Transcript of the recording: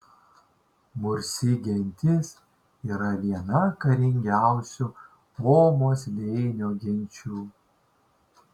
mursi gentis yra viena karingiausių omo slėnio genčių